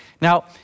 Now